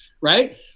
right